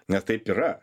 nes taip yra